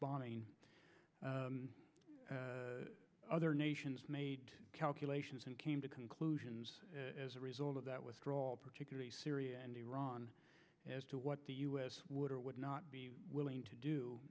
bombing other nations made calculations and came to conclusions as a result of that withdrawal particularly syria and iran as to what the u s would or would not be willing to do